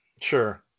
Sure